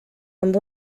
amb